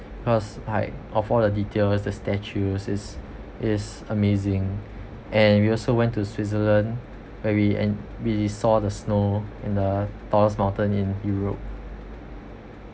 cause like of all the details the statues is is amazing and we also went to switzerland where we and we saw the snow in the tallest mountain in europe